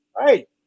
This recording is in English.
Right